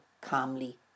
calmly